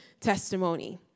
testimony